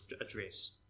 address